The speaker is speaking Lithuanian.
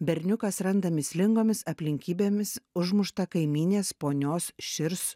berniukas randa mįslingomis aplinkybėmis užmuštą kaimynės ponios širs